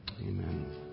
amen